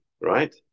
right